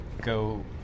go